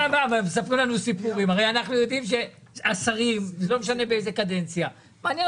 אנחנו הרי יודעים שהשרים לא משנה באיזו קדנציה מעניין